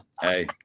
Hey